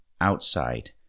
outside